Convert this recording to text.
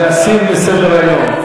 להסיר מסדר-היום.